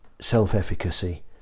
self-efficacy